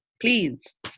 please